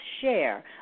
share